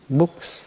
books